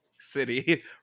city